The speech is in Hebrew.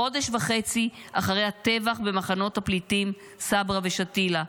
חודש וחצי אחרי הטבח במחנות הפליטים סברה ושתילה,